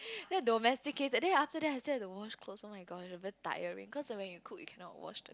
so domesticated then after that I still have to wash clothes oh-my-gosh but tiring cause when you cook you cannot wash